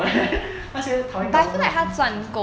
那时候 confirm 她已经